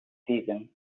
season